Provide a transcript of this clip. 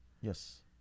yes